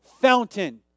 fountain